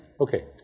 okay